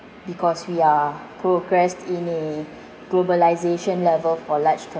because we are progressed in a globalisation level for large com~